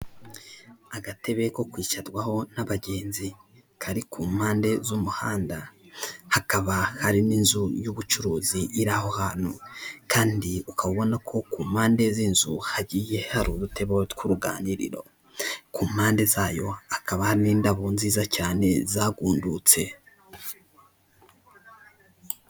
Agatebe ko kwicarwaho n'abagenzi kari ku mpande z'umuhanda, hakaba hari n'inzu y'ubucuruzi iri aho hantu kandi uka ubona ko ku mpande z'inzu hagiye hari udutebo tw'uruganiriro, ku mpande zayo hakaba hari n'indabo nziza cyane zagundutse.